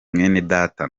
mwenedata